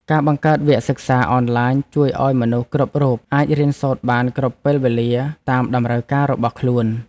ការបង្កើតវគ្គសិក្សាអនឡាញជួយឱ្យមនុស្សគ្រប់រូបអាចរៀនសូត្របានគ្រប់ពេលវេលាតាមតម្រូវការរបស់ខ្លួន។